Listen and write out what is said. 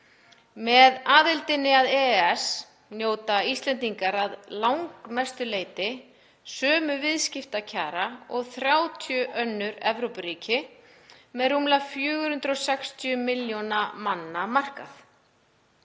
Með aðildinni að EES njóta Íslendingar að langmestu leyti sömu viðskiptakjara og 30 önnur Evrópuríki með rúmlega 460 milljóna manna markað.